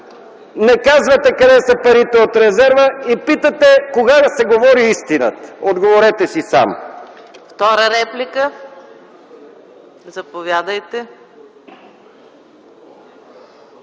не казвате къде са парите от резерва и питате: кога се говори истината? Отговорете си сам!